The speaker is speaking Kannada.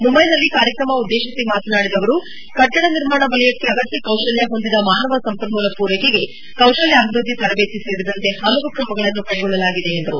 ಮುಂಬೈನಲ್ಲಿ ಕಾರ್ಯಕ್ರಮ ಉದ್ದೇಶಿಸಿ ಮಾತನಾಡಿದ ಅವರು ಕಟ್ವಡ ನಿರ್ಮಾಣ ವಲಯಕ್ಕೆ ಅಗತ್ಯ ಕೌಶಲ್ಯ ಹೊಂದಿದ ಮಾನವ ಸಂಪನ್ಮೋಲ ಪೂರೈಕೆಗೆ ಕೌಶಲ್ಯಾಭಿವೃದ್ದಿ ತರಬೇತಿ ಸೇರಿದಂತೆ ಹಲವು ಕ್ರಮಗಳನ್ನು ಕೈಗೊಳ್ಳಲಾಗಿದೆ ಎಂದರು